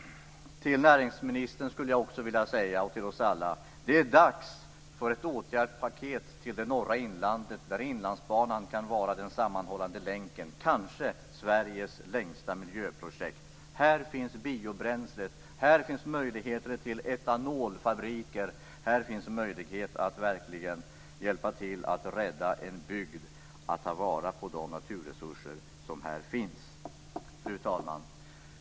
Till näringsministern, och till oss alla, skulle jag också vilja säga: Det är dags för ett åtgärdspaket till det norra inlandet, där Inlandsbanan kan vara den sammanhållande länken, kanske Sveriges längsta miljöprojekt. Här finns biobränslet. Här finns möjligheter till etanolfabriker. Här finns möjlighet att verkligen hjälpa till att rädda en bygd och att ta vara på de naturresurser som här finns. Fru talman!